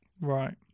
Right